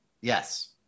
Yes